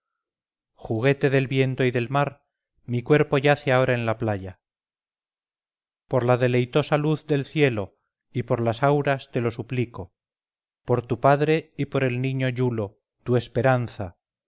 juguete del viento y del mar mi cuerpo yace ahora en la playa por la deleitosa luz del cielo y por las auras te lo suplico por tu padre y por el niño iulo tu esperanza